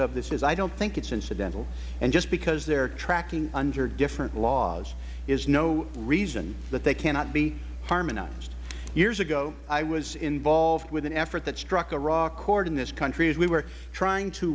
of this is i don't think it is incidental and just because they are tracking under different laws is no reason that they cannot be harmonized years ago i was involved with an effort that struck a raw chord in this country as we were trying to